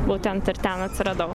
būtent ir ten atsiradau